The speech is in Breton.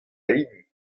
hini